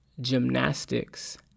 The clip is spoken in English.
gymnastics